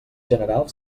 general